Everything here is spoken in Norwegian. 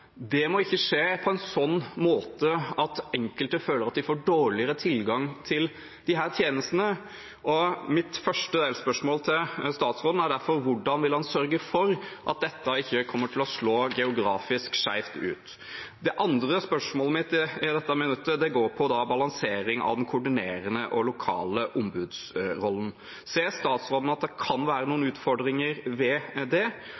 Det må ikke skje på en sånn måte at enkelte føler de får dårligere tilgang til disse tjenestene. Mitt første spørsmål til statsråden er derfor: Hvordan vil han sørge for at dette ikke kommer til å slå geografisk skjevt ut? Det andre spørsmålet mitt i dette minuttet går på balansering av den koordinerende rollen og lokale ombudsrollen. Ser statsråden at det kan være noen utfordringer ved det,